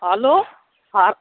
hello हर